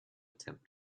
attempt